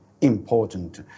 important